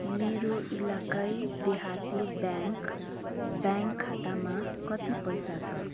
मेरो इलाकाई देहाती ब्याङ्क ब्याङ्क खातामा कति पैसा छ